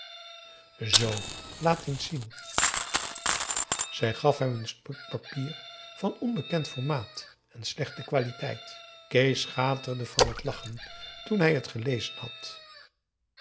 zoo laat eens zien zij gaf hem een stuk papier van onbekend formaat en slechte qualiteit kees schaterde van het lachen toen hij het gelezen had